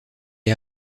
est